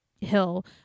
Hill